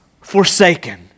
forsaken